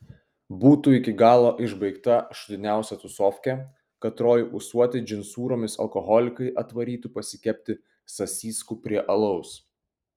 būtų iki galo išbaigta šūdiniausia tūsofkė katroj ūsuoti džinsūromis alkoholikai atvarytų pasikepti sasyskų prie alaus